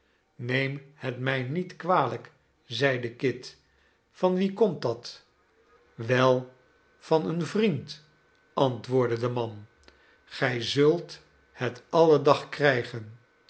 neem het mij niet kwalijk zeide kit van wien komt dat quilp's galerij van pobtretten wei van een vriend antwoordde deman gij zult het alle dag krijgen